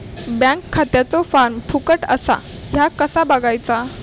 Bank खात्याचो form फुकट असा ह्या कसा बगायचा?